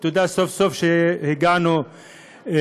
ותודה על שסוף-סוף הגענו להסכמות.